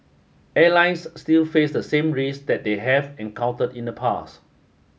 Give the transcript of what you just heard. airlines still face the same risks that they have encountered in the past